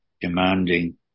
demanding